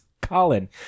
Colin